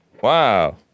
Wow